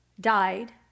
died